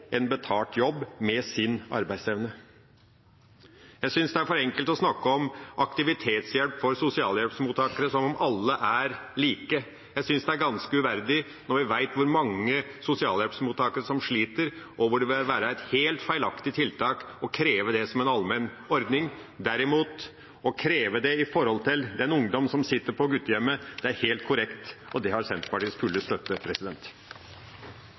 en betalt jobb, med sin arbeidsevne. Jeg syns det er for enkelt å snakke om aktivitetsplikt for sosialhjelpsmottakere som om alle er like. Jeg syns det er ganske uverdig når vi vet hvor mange sosialhjelpsmottakere som sliter, og hvor det vil være et helt feilaktig tiltak å kreve det som en allmenn ordning. Derimot å kreve det for en ungdom som sitter på gutterommet, er helt korrekt, og det har Senterpartiets fulle støtte.